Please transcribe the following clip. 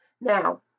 Now